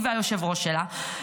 היא והיושב-ראש שלך,